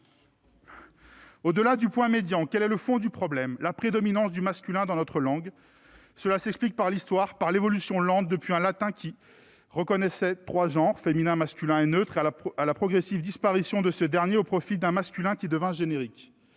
Au-delà du point médian, le fond du problème est la prédominance du masculin dans notre langue. Cela s'explique par l'histoire, par une évolution lente, depuis un latin qui reconnaissait trois genres- féminin, masculin et neutre -jusqu'à la progressive disparition du genre neutre au profit d'un masculin qui devint générique.